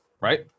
right